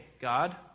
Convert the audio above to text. God